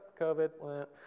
COVID